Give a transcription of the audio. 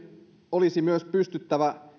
olisi myös pystyttävä